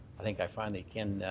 i think i finally can